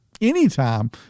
anytime